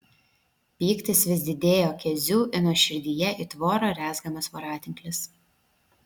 pyktis vis didėjo kezių ino širdyje it voro rezgamas voratinklis